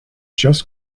just